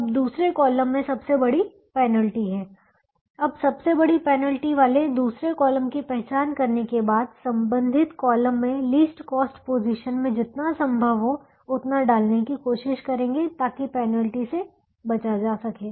अब दूसरे कॉलम में सबसे बड़ी पेनल्टी है अब सबसे बड़ी पेनल्टी वाले दूसरे कॉलम की पहचान करने के बाद संबंधित कॉलम में लीस्ट कॉस्ट पोजीशन में जितना संभव हो उतना डालने की कोशिश करेंगे ताकि पेनल्टी से बचा जा सके